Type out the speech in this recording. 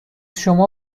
شما